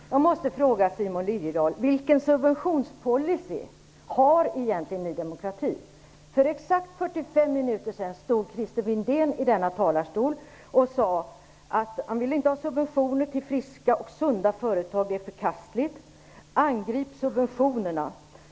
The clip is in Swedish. Herr talman! Jag måste fråga Simon Liliedahl: Vilken subventionspolicy har egentligen Ny demokrati? För exakt 45 minuter sedan stod Christer Windén i talarstolen och sade att han inte ville ha subventioner till friska och sunda företag, eftersom det var förkastligt. Han ville angripa subventionerna.